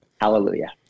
Hallelujah